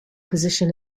position